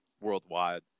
worldwide